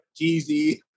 Jeezy